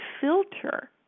filter